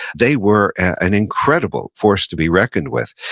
they were an incredible force to be reckoned with.